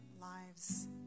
lives